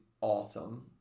awesome